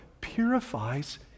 Purifies